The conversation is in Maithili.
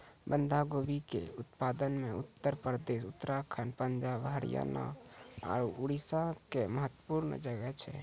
बंधा गोभी के उत्पादन मे उत्तर प्रदेश, उत्तराखण्ड, पंजाब, हरियाणा आरु उड़ीसा के महत्वपूर्ण जगह छै